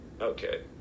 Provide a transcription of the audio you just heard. Okay